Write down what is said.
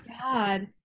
God